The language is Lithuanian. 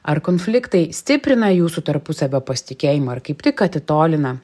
ar konfliktai stiprina jūsų tarpusavio pasitikėjimą ir kaip tik atitolina